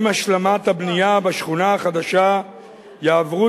"עם השלמת הבנייה בשכונה החדשה יעברו